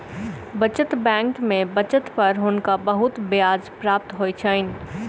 बचत बैंक में बचत पर हुनका बहुत ब्याज प्राप्त होइ छैन